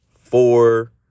Four